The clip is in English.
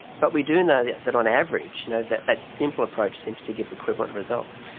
but we do know that that on average you know that that simple approach seems to give equivalent results.